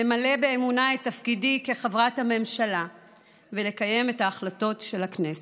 למלא באמונה את תפקידי כחברת הממשלה ולקיים את ההחלטות של הכנסת.